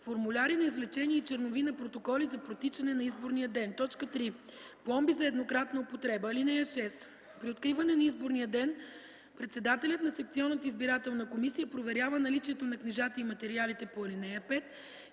формуляри на извлечения и чернови на протоколи за протичане на изборния ден; 3. пломби за еднократна употреба. (6) При откриване на изборния ден председателят на секционната избирателна комисия проверява наличието на книжата и материалите по ал. 5,